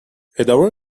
ادامه